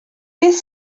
beth